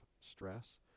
stress